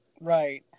Right